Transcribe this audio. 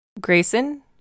Grayson